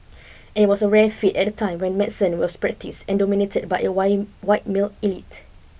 it was a rare feat at a time when medicine was practised and dominated by a white white male elite